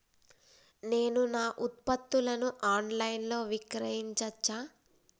నేను నా ఉత్పత్తులను ఆన్ లైన్ లో విక్రయించచ్చా?